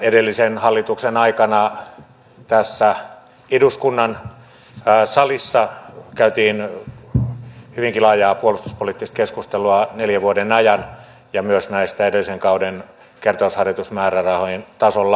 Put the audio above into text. edellisen hallituksen aikana tässä eduskunnan salissa käytiin hyvinkin laajaa puolustuspoliittista keskustelua neljän vuoden ajan ja myös tästä edellisen kauden kertausharjoitusten määrärahojen tason laskusta varuskuntaverkostosta ja niin edelleen